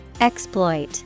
Exploit